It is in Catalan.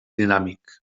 dinàmic